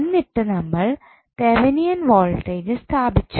എന്നിട്ട് നമ്മൾ Thevenin voltage സ്ഥാപിച്ചു